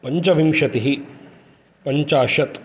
पञ्चविंशतिः पञ्चाशत्